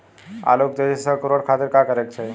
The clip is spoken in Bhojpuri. आलू के तेजी से अंकूरण खातीर का करे के चाही?